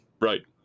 Right